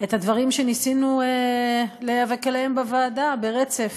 את הדברים שניסינו להיאבק עליהם בוועדה, ברצף.